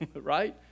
right